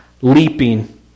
leaping